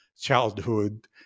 childhood